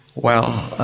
well,